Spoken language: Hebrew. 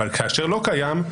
כאשר זה לא קיים,